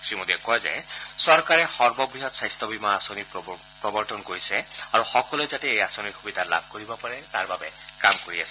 শ্ৰীমোদীয়ে কয় যে চৰকাৰে সৰ্ববৃহৎ স্বাস্থ্যবীমা আঁচনি প্ৰৱৰ্তন কৰিছে আৰু সকলোৱে যাতে এই আঁচনিৰ সুবিধা লাভ কৰিব পাৰে তাৰবাবে কাম কৰি আছে